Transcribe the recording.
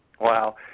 Wow